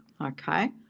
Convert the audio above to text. okay